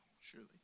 surely